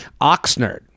Oxnard